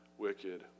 wicked